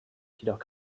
jedoch